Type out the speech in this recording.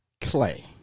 clay